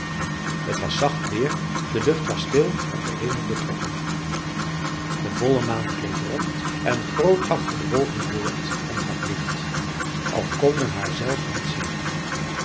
t was zacht weer de lucht was stil en de hemel betrokken de volle maan gleed rond en groot achter de wolken voort en gaf licht al kon men haar zelf niet zien